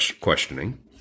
questioning